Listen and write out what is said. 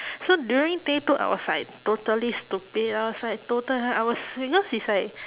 so during day two I was like totally stupid lor I was like tota~ I was because is like